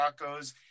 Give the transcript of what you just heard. tacos